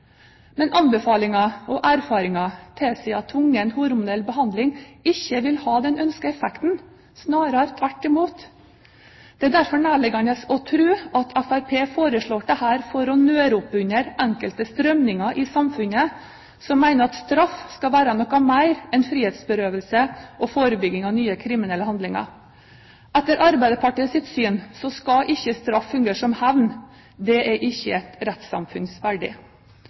Men anbefalinger og erfaringer tilsier at tvungen hormonell behandling ikke vil ha den ønskede effekten, snarere tvert imot. Det er derfor nærliggende å tro at Fremskrittspartiet foreslår dette for å nøre opp under enkelte strømninger i samfunnet som mener at straff skal være noe mer enn frihetsberøvelse og forebygging av nye kriminelle handlinger. Etter Arbeiderpartiets syn skal ikke straff fungere som hevn – det er ikke et